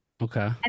okay